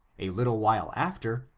a little while after,